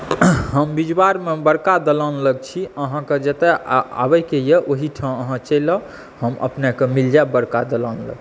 हम बिजबारमे बड़का दालान लग छी अहाँके जतऽ आबैके अइ ओहिठाम अहाँ चलि आउ हम अपनेके मिल जाएब बड़का दालान लग